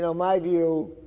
so my view,